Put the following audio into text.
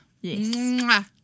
yes